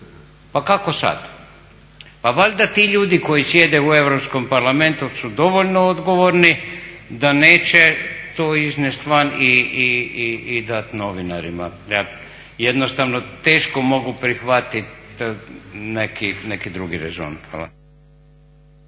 Pa kako sada? Pa valjda ti ljudi koji sjede u Europskom parlamentu su dovoljno odgovorni da neće to iznijeti van i dati novinarima. Ja jednostavno mogu prihvatiti neki drugi rezon.